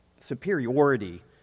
superiority